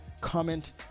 comment